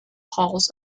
halls